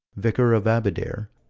vicar of abedare,